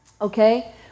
Okay